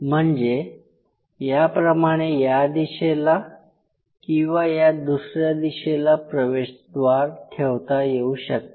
म्हणजे याप्रमाणे या दिशेला किंवा या दुसऱ्या दिशेला प्रवेशद्वार ठेवता येऊ शकते